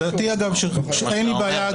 זה בעצם מה שאתה אומר.